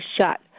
shut